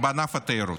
בענף התיירות,